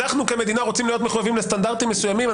אנחנו כמדינה רוצים להיות מחויבים לסטנדרטים מסוימים,